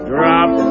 Drop